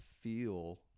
feel